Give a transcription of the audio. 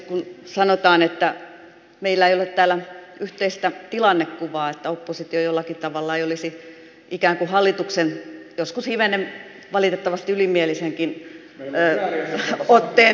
kun sanotaan että meillä ei ole täällä yhteistä tilannekuvaa että oppositio jollakin tavalla ei olisi ikään kuin hallituksen joskus hivenen valitettavasti ylimielisenkin otteen